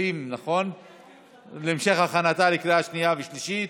הכספים להמשך הכנתה לקריאה שנייה ושלישית.